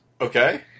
Okay